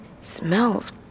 smells